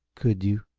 could you?